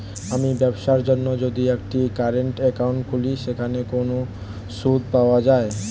আমি ব্যবসার জন্য যদি একটি কারেন্ট একাউন্ট খুলি সেখানে কোনো সুদ পাওয়া যায়?